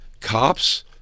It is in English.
cops